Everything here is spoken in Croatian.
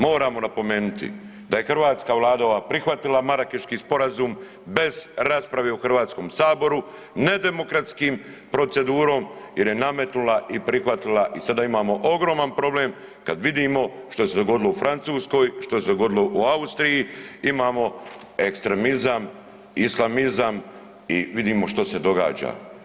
Moramo napomenuti da je hrvatska vlada ova prihvatila Marakeški sporazum bez rasprave u HS, nedemokratskim procedurom jer je nametnula i prihvatila i sada imamo ogroman problem kad vidimo što se dogodilo u Francuskoj, što se dogodilo u Austriji imamo ekstremizam, islamizam i vidimo što se događa.